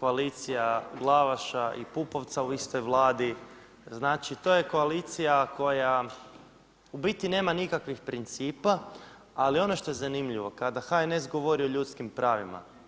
koalicija Glavaša i Pupovca, znači to je koalicija koja u biti nema nikakvih principa, ali ono što je zanimljivo, kada HNS govori o ljudskim pravima.